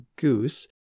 goose